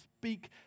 speak